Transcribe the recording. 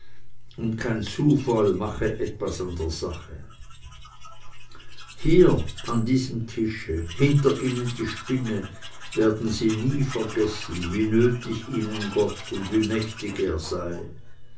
und kein zufall mache etwas an der sache hier an diesem tische hinter ihnen die spinne werden sie nie vergessen wie nötig ihnen gott und wie mächtig er sei